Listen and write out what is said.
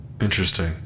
Interesting